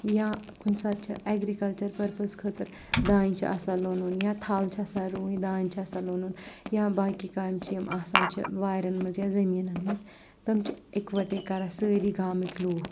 یا کُنہِ ساتہٕ چھِ ایگرکلچر پٔرپز خٲطرٕ دانہِ چھ آسان لونُن یا تھل چھِ آسان رُوٕنۍ یا دان چھ آسان لونُن یا باقٕے کامہِ چھِ یِم آسان چھ وارٮ۪ن منٛز یا زٔمیٖنَن منٛز تِم چھِ اِکوٹٕے کران سٲری گامٕکۍ لوٗکھ